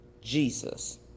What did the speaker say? Jesus